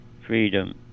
freedom